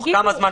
תדע,